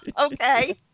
Okay